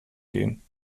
gehen